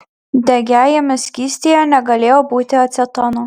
degiajame skystyje negalėjo būti acetono